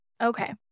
okay